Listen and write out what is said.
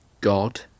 God